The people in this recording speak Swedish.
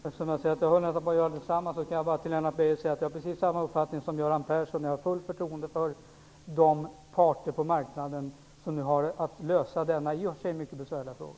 Herr talman! Jag har precis samma uppfattning som Göran Persson, Lennart Beijer. Jag har fullt förtroende för de parter på marknaden som har att lösa denna i och för sig mycket besvärliga fråga.